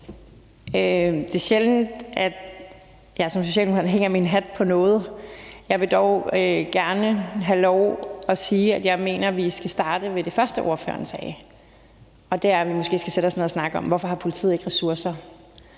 Det er sjældent, at jeg som socialdemokrat hænger min hat på noget. Jeg vil dog gerne have lov at sige, at jeg mener, at vi skal starte med det første, ordføreren sagde, og det er, at vi måske skal sætte os ned og snakke om, hvorfor politiet ikke har ressourcer